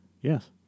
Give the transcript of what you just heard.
Yes